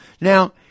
Now